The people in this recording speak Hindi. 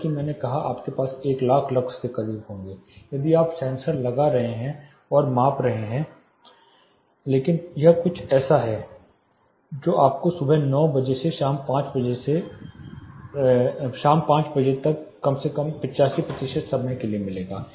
जैसा कि मैंने कहा कि आपके पास एक लाख लक्स के करीब होगा यदि आप एक सेंसर लगा रहे हैं और माप रहे हैं लेकिन यह कुछ ऐसा है जो आपको सुबह 9 बजे से शाम 5 बजे तक कम से कम 85 प्रतिशत समय के लिए मिलेगा